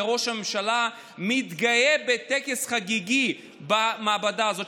שראש הממשלה מתגאה בטקס חגיגי במעבדה הזאת.